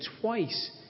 twice